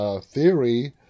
theory